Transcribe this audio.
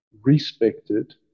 respected